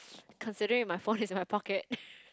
considering my phone is in my pocket